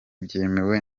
byemewe